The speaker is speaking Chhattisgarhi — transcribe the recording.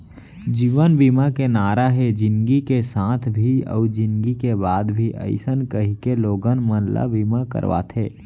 जीवन बीमा के नारा हे जिनगी के साथ भी अउ जिनगी के बाद भी अइसन कहिके लोगन मन ल बीमा करवाथे